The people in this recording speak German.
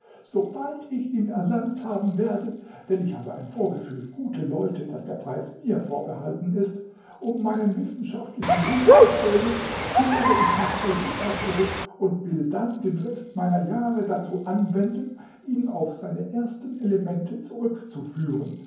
sobald ich ihn erlangt haben werde denn ich habe ein vorgefühl gute leute daß der preis mir vorbehalten ist um meinen wissenschaftlichen ruf zu krönen kehre ich nach europa zurück und will dann den rest meiner jahre dazu anwenden ihn auf seine ersten elemente zurück